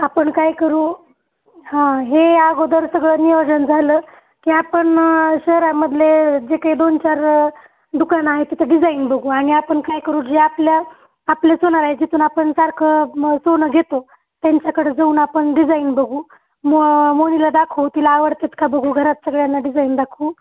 आपण काय करू हां हे अगोदर सगळं नियोजन झालं की आपण शहरामधले जे काही दोन चार दुकानं आहेत तिथं डिझाईन बघू आणि आपण काय करू जे आपल्या आपले सोनार आहेत जिथून आपन सारखं म सोनं घेतो त्यांच्याकडं जाऊन आपण डिझाईन बघू म मोनीला दाखवू तिला आवडतात का बघू घरात सगळ्यांना डिझाईन दाखवू